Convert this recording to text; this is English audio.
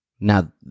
Now